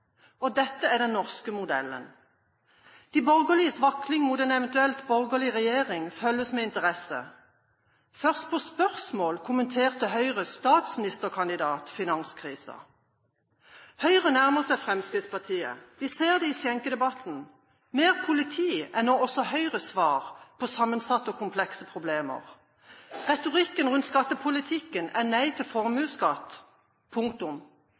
eiere. Dette er den norske modellen. De borgerliges vakling mot en eventuell borgerlig regjering følges med interesse. Først på spørsmål kommenterte Høyres statsministerkandidat finanskrisen. Høyre nærmer seg Fremskrittspartiet. Vi ser det i skjenkedebatten: Mer politi er nå også Høyres svar på sammensatte og komplekse problemer. Retorikken rundt skattepolitikken er nei til formuesskatt – punktum